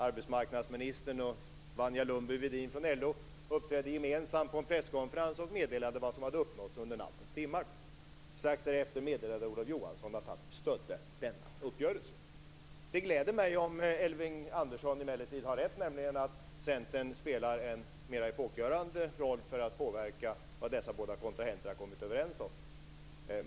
Arbetsmarknadsministern och Wanja Lundby-Wedin från LO uppträdde gemensamt på en presskonferens och meddelade vad som hade uppnåtts under nattens timmar. Strax därefter meddelade Olof Johansson att han stödde uppgörelsen. Det gläder mig emellertid om Elving Andersson har rätt, och Centern spelar en mer epokgörande roll för att påverka vad dessa båda kontrahenter har kommit överens om.